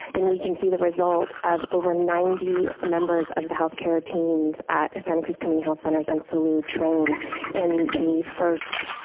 then we can see the result of over ninety ah members of the health care teams at santa cruz county health centers and salud trained in the first